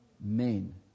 men